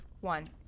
one